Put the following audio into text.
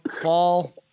fall